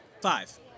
Five